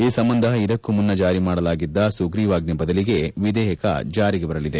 ಈ ಸಂಬಂಧ ಇದಕ್ಕೂ ಮುನ್ನ ಜಾರಿ ಮಾಡಲಾಗಿದ್ದ ಸುಗ್ರಿವಾಜ್ಞೆ ಬದಲಿಗೆ ವಿಧೇಯಕ ಜಾರಿಗೆ ಬರಲಿದೆ